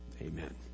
amen